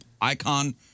icon